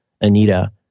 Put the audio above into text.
Anita